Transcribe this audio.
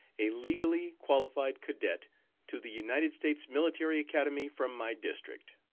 a legally qualified cadet to the united states military academy from my district.